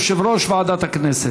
יושב-ראש ועדת הכנסת.